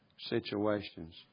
situations